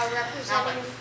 representing